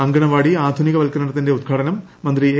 അങ്കണവാടി ആധുനിക വത്കരണത്തിന്റെ ഉദ്ഘാടനം മന്ത്രി എ